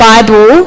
Bible